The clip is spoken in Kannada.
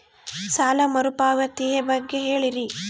ಸಾಲ ಮರುಪಾವತಿ ಬಗ್ಗೆ ಹೇಳ್ರಿ?